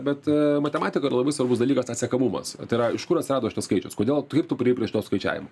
bet matematika labai svarbus dalykas atsekamumas tai yra iš kur atsirado šitas skaičius kodėl tai kaip tu priėjai prie šito skaičiavimo